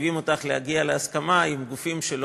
מחייבים אותך להגיע להסכמה עם גופים שלא